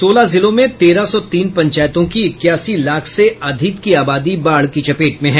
सोलह जिलों में तेरह सौ तीन पंचायतों की इक्यासी लाख से अधिक की आबादी बाढ़ की चपेट में है